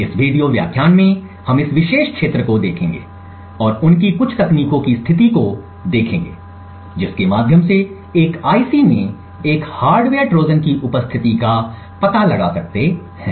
इस वीडियो व्याख्यान में हम इस विशेष क्षेत्र को देखेंगे और उनकी कुछ तकनीकों की स्थिति को देखेंगे जिसके माध्यम से एक आईसी में एक हार्डवेयर ट्रोजन की उपस्थिति का पता लगा सकते हैं